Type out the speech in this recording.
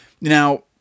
now